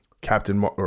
Captain